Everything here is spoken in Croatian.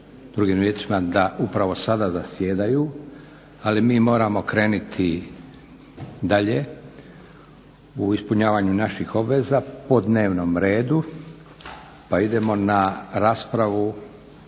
da upravo sada zasjedaju, ali mi moramo krenuti dalje u ispunjavanju naših obveza po dnevnom redu, pa idemo na raspravu